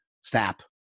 Snap